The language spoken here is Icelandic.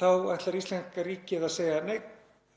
þá ætlar íslenska ríkið að segja: Nei,